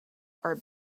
are